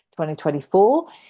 2024